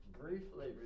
briefly